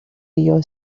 your